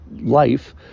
Life